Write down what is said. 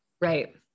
Right